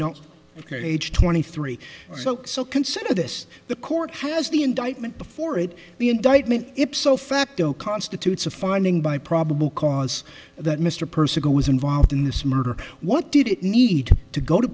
age twenty three soak so consider this the court has the indictment before it the indictment ipso facto constitutes a finding by probable cause that mr percival was involved in this murder what did it need to go to